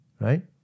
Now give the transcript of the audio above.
right